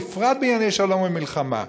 בפרט בענייני שלום ומלחמה.